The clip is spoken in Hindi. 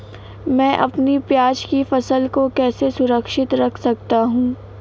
मैं अपनी प्याज की फसल को कैसे सुरक्षित रख सकता हूँ?